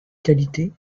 qualité